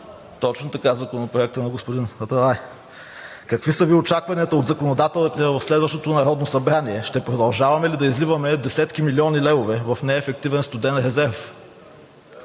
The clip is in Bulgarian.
Точно така, Законопроектът на господин Аталай. Какви са Ви очакванията от законодателите в следващото Народно събрание? Ще продължаваме ли да изливаме десетки милиони левове в неефективен студен резерв?